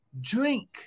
Drink